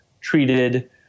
treated